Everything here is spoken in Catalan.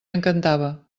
encantava